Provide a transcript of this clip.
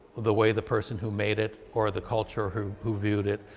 the way the person who made it or the culture who who viewed it,